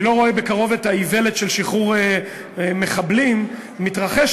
אני לא רואה בקרוב את האיוולת של שחרור מחבלים מתרחשת,